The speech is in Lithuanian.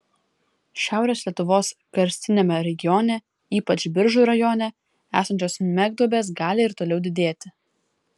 šiaurės lietuvos karstiniame regione ypač biržų rajone esančios smegduobės gali ir toliau didėti